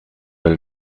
del